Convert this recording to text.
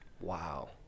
Wow